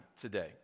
today